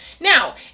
Now